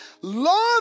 love